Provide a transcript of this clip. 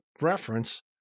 reference